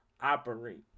operate